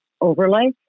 overlay